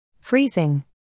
Freezing